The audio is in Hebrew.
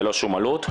ללא שום עלות,